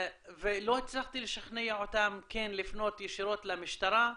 לא הצלחתי לשכנע אותם כן לפנות ישירות למשטרה,